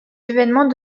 évènements